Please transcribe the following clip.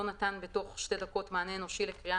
לא נתן בתוך שתי דקות מענה אנושי לקריאה